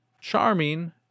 charming